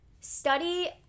study